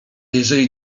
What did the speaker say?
jeżeli